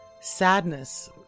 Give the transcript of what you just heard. sadness